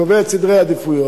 קובע את סדרי העדיפויות,